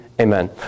Amen